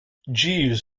jeeves